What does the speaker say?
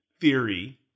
theory